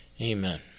Amen